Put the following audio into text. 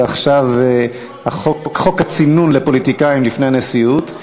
ועכשיו חוק הצינון לפוליטיקאים לפני הנשיאות.